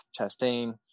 Chastain